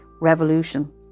revolution